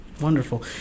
Wonderful